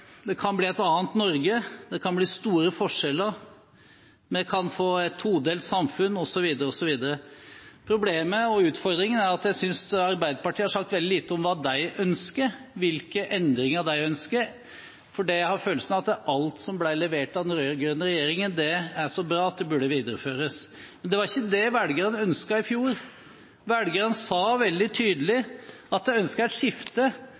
det kan bli et annet Norge, det kan bli store forskjeller, vi kan få et todelt samfunn osv. Problemet og utfordringen er, synes jeg, at Arbeiderpartiet har sagt veldig lite om hva de ønsker, hvilke endringer de ønsker. For jeg har følelsen av at alt som ble levert av den rød-grønne regjeringen, er så bra at det burde videreføres. Det var ikke det velgerne ønsket i fjor. Velgerne sa veldig tydelig at de ønsket et skifte,